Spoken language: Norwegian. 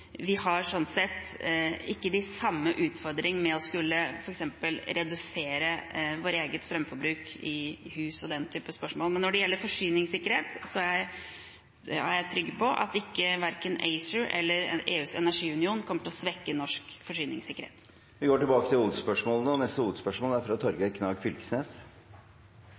sånn sett ikke har de samme utfordringene med å skulle f.eks. redusere vårt eget strømforbruk i hus, og den type spørsmål. Når det gjelder forsyningssikkerhet, er jeg trygg på at verken ACER eller EUs energiunion kommer til å svekke norsk forsyningssikkerhet. Vi går videre til neste hovedspørsmål. Vi i SV er